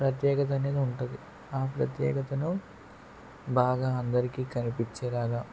ప్రత్యేకత అనేది ఉంటది ఆ ప్రత్యేకతను బాగా అందరికీ కనిపించేలాగా